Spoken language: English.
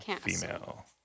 female